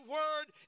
word